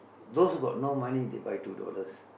those got no money they buy two dollars